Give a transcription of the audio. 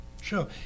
Sure